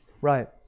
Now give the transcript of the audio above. Right